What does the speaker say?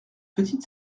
petite